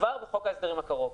כבר בחוק ההסדרים הקרוב.